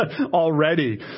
already